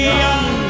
young